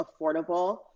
affordable